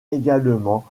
également